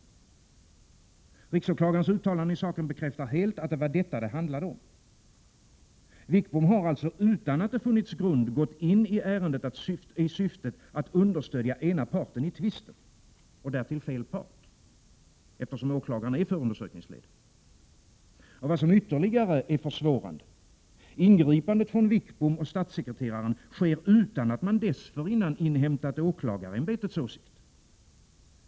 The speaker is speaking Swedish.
Riksåklagarens uttalanden i saken bekräftar helt att det var detta det handlade om. Wickbom har alltså utan att det funnits grund gått in i ärendet i syfte att understödja ena parten i tvisten — och därtill fel part, eftersom åklagaren är förundersökningsledare. Och vad som ytterligare är försvårande — ingripandet från Wickbom och statssekreteraren sker utan att man dessförinnan inhämtat åklagarämbetets åsikt.